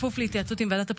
טוב.